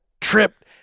tripped